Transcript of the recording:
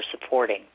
supporting